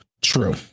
True